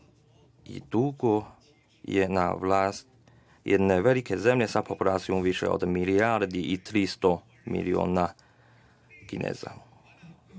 i dugo je na vlasti jedne velike zemlje sa populacijom od više od milijardu i 300 miliona Kineza.